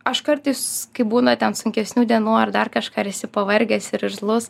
aš kartais kai būna ten sunkesnių dienų ar dar kažką ar esi pavargęs ir irzlus